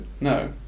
No